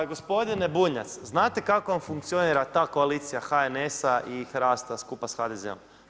Pa gospodine Bunjac, znate kako vam funkcionira ta koalicija HNS-a i HRAST-a skupa s HDZ-om?